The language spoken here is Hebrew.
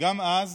גם אז,